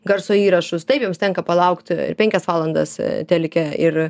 garso įrašus taip joms tenka palaukt ir penkias valandas telike ir